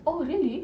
oh really